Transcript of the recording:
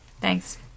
Thanks